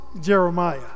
Jeremiah